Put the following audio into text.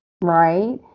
right